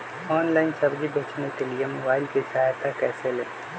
Online सब्जी बेचने के लिए मोबाईल की सहायता कैसे ले?